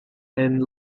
and